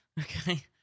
Okay